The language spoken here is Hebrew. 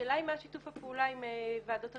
השאלה היא מה שיתוף הפעולה עם הוועדות הרפואיות.